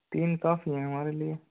तीन काफ़ी है हमारे लिए